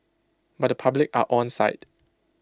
but the public are onside